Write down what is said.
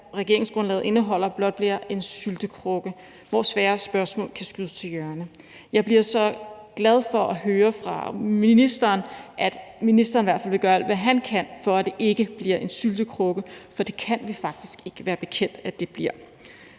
regeringsgrundlaget indeholder, blot bliver en syltekrukke, hvor svære spørgsmål kan sparkes til hjørne. Så bliver jeg glad for at høre fra ministeren, at ministeren i hvert fald vil gøre alt, hvad han kan, for, at det ikke bliver en syltekrukke, for det kan vi faktisk ikke være bekendt at det bliver.